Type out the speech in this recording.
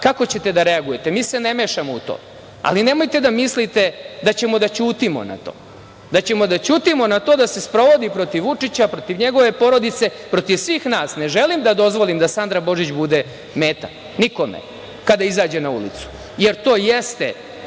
kako ćete da reagujete? Mi se ne mešamo u to, ali nemojte da mislite da ćemo da ćutimo na to, da ćemo da ćutimo na to da se sprovodi protiv Vučića, protiv njegove porodice, protiv svih nas. Ne želim da dozvolim da Sandra Božić bude meta nikome kada izađe na ulicu, jer to jeste